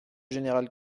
général